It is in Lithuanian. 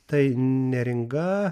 tai neringa